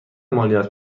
مالیات